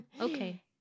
Okay